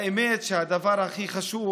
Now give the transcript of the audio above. האמת, שהדבר הכי חשוב